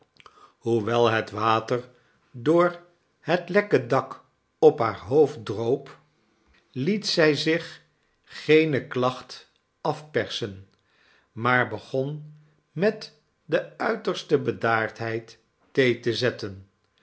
hoewel het water door het lekke dak op haar hoofd droop liet zij zich geene klacht afpersen maar begon met de uiterste bedaardheid thee te zetten